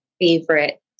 favorite